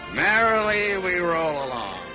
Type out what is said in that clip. merrily we roll along!